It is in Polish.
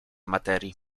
materii